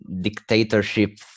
dictatorship